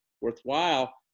worthwhile